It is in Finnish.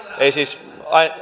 ei siis